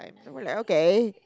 then we were like okay